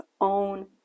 own